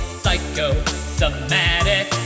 psychosomatic